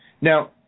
Now